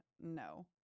No